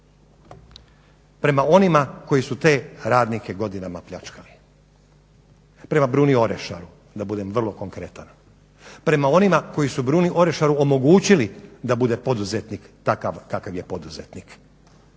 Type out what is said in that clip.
prema onima koji su te radnike godinama pljačkali, prema Bruni Orešaru da budem vrlo konkretan. Prema onima koji su Bruni Orešaru omogućili da bude poduzetnik takav kakav je poduzetnik,